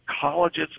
colleges